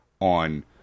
on